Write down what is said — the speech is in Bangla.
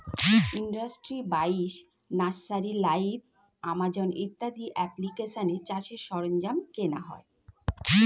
ইন্ডাস্ট্রি বাইশ, নার্সারি লাইভ, আমাজন ইত্যাদি অ্যাপ্লিকেশানে চাষের সরঞ্জাম কেনা যায়